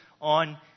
on